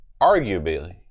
arguably